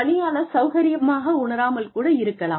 பணியாளர் சௌகரியமாக உணராமல் கூட இருக்கலாம்